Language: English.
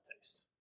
taste